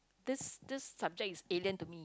this this subject is alien to me